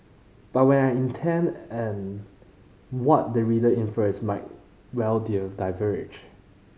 but when I intend and what the reader infers might well diverge